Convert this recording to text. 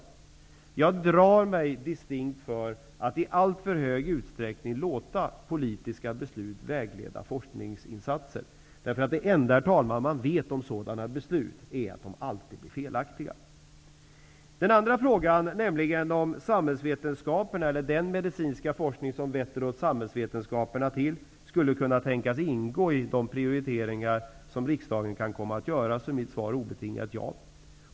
Jag drar mig distinkt för att i alltför hög utsträckning låta politiska beslut vägleda forskningsinsatser. Det enda man vet om sådana beslut är att de alltid blir felaktiga. På den andra frågan, nämligen om den medicinska forskning som vetter åt samhällsvetenskaperna skulle kunna tänkas ingå i de prioriteringar som riksdagen kan komma att göra, är mitt svar obetingat ja.